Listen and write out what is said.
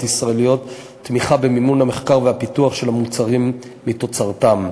ישראליות תמיכה במימון המחקר והפיתוח של המוצרים מתוצרתן.